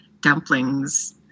dumplings